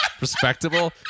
Respectable